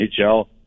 NHL